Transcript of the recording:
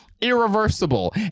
irreversible